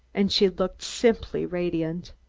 and she looked simply radiant.